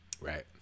Right